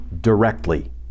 directly